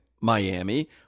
Miami